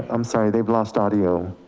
i'm sorry, they've lost audio.